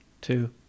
Two